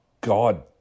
God